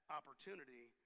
opportunity